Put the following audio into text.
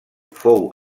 fou